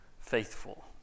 faithful